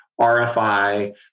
RFI